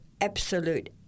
absolute